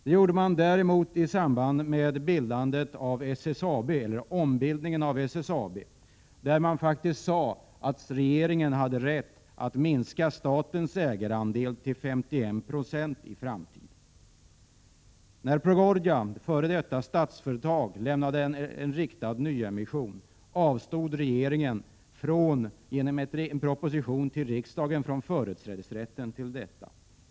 En fullmakt lämnades däremot i samband med ombildningen av SSAB, då riksdagen faktiskt sade att regeringen hade rätt att minska statens ägarandel till 51 26 i framtiden. När Procordia, f. d. Statsföretag, gjorde en riktad nyemission avstod regeringen genom en proposition till riksdagen från företrädesrätten.